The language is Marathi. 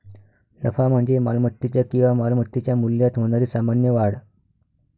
नफा म्हणजे मालमत्तेच्या किंवा मालमत्तेच्या मूल्यात होणारी सामान्य वाढ